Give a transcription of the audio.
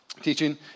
teaching